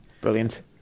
Brilliant